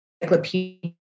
encyclopedia